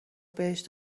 بهش